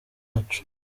wacu